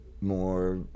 more